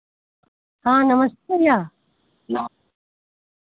हाँ नमस्ते भैया